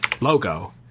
logo